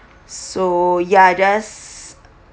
so ya just